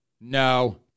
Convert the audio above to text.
No